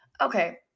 Okay